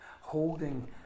holding